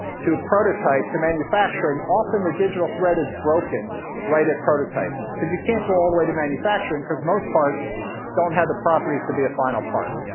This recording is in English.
to a prototype to manufacturing. often the digital thread is broken right at prototype, and because you can't go all the way to manufacturing because most parts don't have the properties to be a final part.